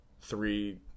three